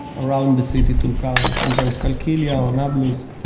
around the city tulkarem sometimes qalqilya or nablus.